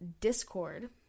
Discord